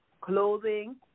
clothing